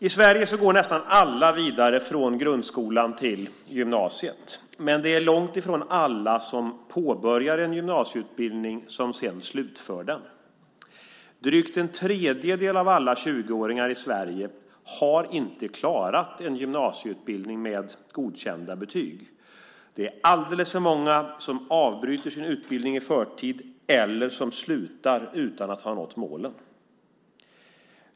I Sverige går nästan alla vidare från grundskolan till gymnasiet, men det är långt ifrån alla som påbörjar en gymnasieutbildning som sedan slutför den. Drygt en tredjedel av alla 20-åringar i Sverige har inte klarat en gymnasieutbildning med godkända betyg. Det är alldeles för många som avbryter sin utbildning i förtid eller som slutar utan att ha nått målen.